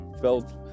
felt